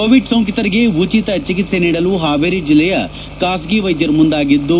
Covid ಸೋಂಕಿತರಿಗೆ ಉಚಿತ ಚಿಕಿತ್ಸೆ ನೀಡಲು ಹಾವೇರಿ ಜಿಲ್ಲೆಯ ಖಾಸಗಿ ವೈದ್ಯರು ಮುಂದಾಗಿದ್ದು